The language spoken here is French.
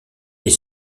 est